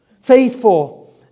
faithful